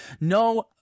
no